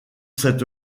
cette